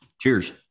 Cheers